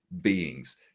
beings